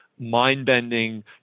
Mind-bending